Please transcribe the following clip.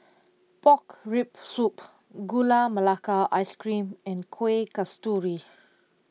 Pork Rib Soup Gula Melaka Ice Cream and Kuih Kasturi